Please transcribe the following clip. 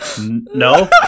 No